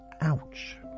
ouch